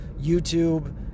YouTube